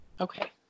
Okay